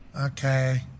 Okay